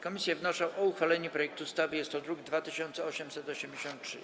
Komisje wnoszą o uchwalenie projektu ustawy z druku nr 2883.